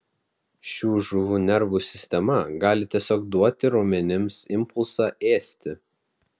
šių žuvų nervų sistema gali tiesiog duoti raumenims impulsą ėsti